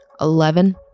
Eleven